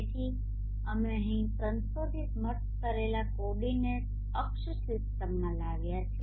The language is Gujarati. તેથી અમે અહીં સંશોધિત મર્જ કરેલા કોઓર્ડિનેંટ અક્ષ સિસ્ટમ માં લાવ્યા છે